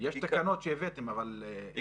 יש תקנות שהבאתם, אבל אין דחייה.